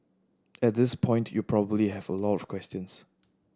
at this point you probably have a lot of questions